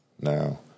now